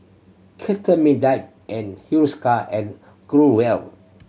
Cetrimide and Hiruscar and Growell